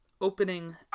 opening